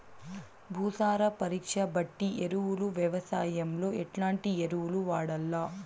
భూసార పరీక్ష బట్టి ఎరువులు వ్యవసాయంలో ఎట్లాంటి ఎరువులు వాడల్ల?